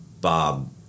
Bob